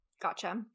Gotcha